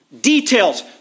details